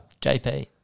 JP